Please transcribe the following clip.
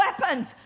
weapons